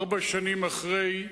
ארבע שנים אחרי,